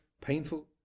painful